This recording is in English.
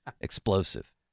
Explosive